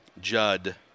Judd